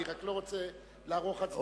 אני רק לא רוצה לערוך הצבעה בלי שאני,